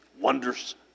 wonders